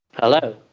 Hello